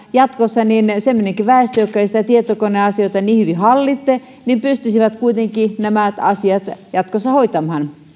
jatkossa siitä että sellainenkin väestö joka ei niitä tietokoneasioita niin hyvin hallitse pystyisi kuitenkin nämä asiat jatkossa hoitamaan